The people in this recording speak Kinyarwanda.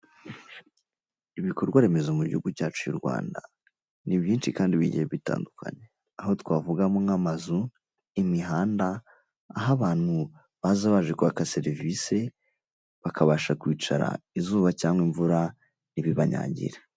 Ibikorwa remezo mu gihugu cyacu cy'u Rwanda, ni byinshi kandi bigiye bitandukanye, aho twavugamo nk'amazu, imihanda, aho abantu baza baje kwaka serivisi, bakabasha kwicara izuba cyangwa imvura ntibibanyagira.